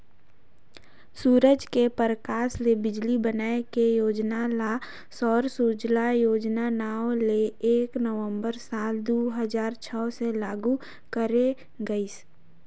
सूरज के परकास ले बिजली बनाए के योजना ल सौर सूजला योजना नांव ले एक नवंबर साल दू हजार छै से लागू करे गईस